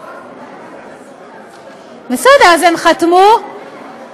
בגלל התערבותי הם נאלצו,